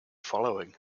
following